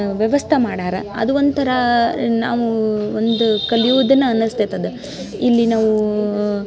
ವ್ಯವಸ್ಥೆ ಮಾಡಾರೆ ಅದು ಒಂಥರ ನಾವೂ ಒಂದು ಕಲಿಯುದೇನ ಅನಿಸ್ತೈತೆ ಅದು ಇಲ್ಲಿ ನಾವು